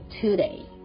today